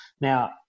Now